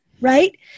Right